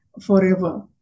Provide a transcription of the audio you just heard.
forever